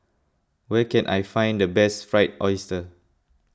where can I find the best Fried Oyster